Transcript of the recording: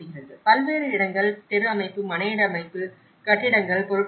பல்வேறு இடங்கள் தெரு அமைப்பு மனையிட அமைப்பு கட்டிடங்கள் பொருட்கள் உள்ளன